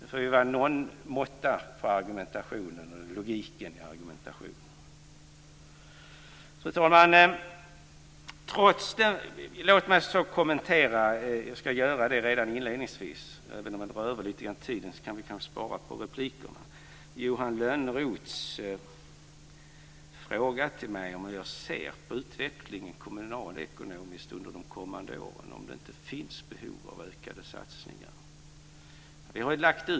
Det får vara någon logik i argumentation. Fru talman! Låt mig även kommentera Johan Lönnroths fråga om hur jag ser på den kommunalekonomiska utvecklingen under de kommande åren, om det inte finns behov av ökade satsningar.